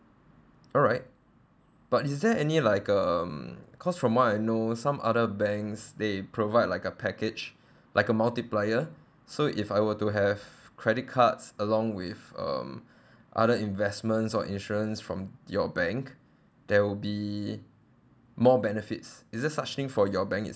alright but is there any like um cause from what I know some other banks they provide like a package like a multiplier so if I were to have credit cards along with um other investments or insurance from your bank there will be more benefits is there such thing your bank